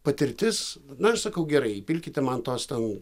patirtis na aš sakau gerai įpilkite man tos ten